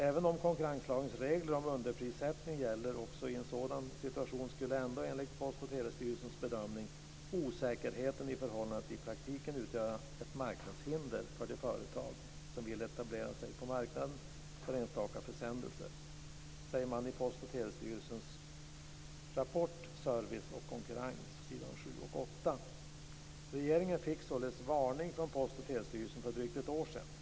Även om konkurrenslagens regler om underprissättning gäller också i en sådan situation skulle ändå, enligt PTS bedömning, osäkerheten i förhållandet i praktiken utgöra ett marknadshinder för de företag som vill etablera sig på marknaden för enstaka försändelser." Så säger man i Post och telestyrelsens rapport Regeringen fick således varning från Post och telestyrelsen för drygt ett år sedan.